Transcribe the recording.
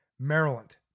Maryland